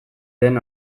den